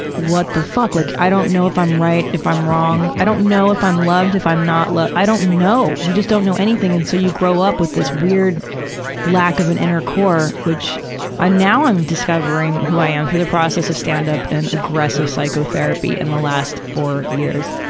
what the fuck, like i don't know if i'm right, if i'm wrong. i don't know if i'm loved, if i'm not loved. i don't know. you just don't know anything. and so you grow up with this weird lack of an inner core which ah now i'm discovering who i am through the process of stand up and aggressive psychotherapy in the last four years.